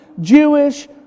Jewish